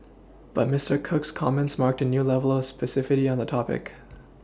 but Mister Cook's comments marked a new level of specificity on the topic